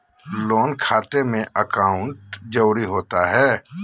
Loan खाते में account जरूरी होता है?